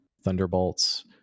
Thunderbolts